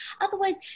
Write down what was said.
Otherwise